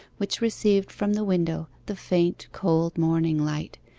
which received from the window the faint cold morning light,